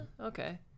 okay